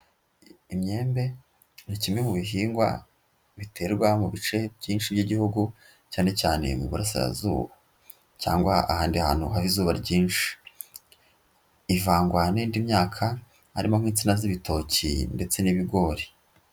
Imyembe ni kimwe mu bihingwa biterwa mu bice byinshi by'igihugu cyane cyane mu burasirazuba cyangwa ahandi hantu haba izuba ryinshi, ivangwa n'indi myaka harimo nk'insina z'ibitoki ndetse n'ibigori.